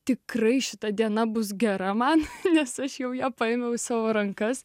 tikrai šita diena bus gera man nes aš jau ją paėmiau į savo rankas